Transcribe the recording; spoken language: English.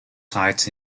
sites